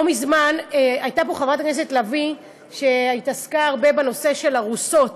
לא מזמן הייתה פה חברת הכנסת לביא שהתעסקה הרבה בנושא של ארוסות,